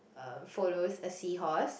um followers a seahorse